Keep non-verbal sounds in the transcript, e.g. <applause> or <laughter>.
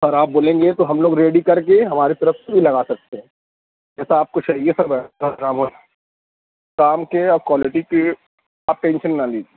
اگر آپ بولیں گے تو ہم لوگ ریڈی کر کے ہماری طرف سے بھی لگا سکتے ہیں جیسا آپ کو چاہیے سر ویسا کام ہو جا <unintelligible> کام کے اور کوالیٹی کے آپ ٹینشن نہ لیجیے